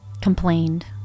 Complained